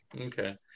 Okay